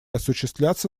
осуществляться